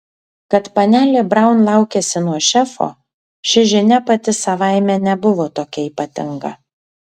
kad panelė braun laukiasi nuo šefo ši žinia pati savaime nebuvo tokia ypatinga